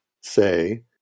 say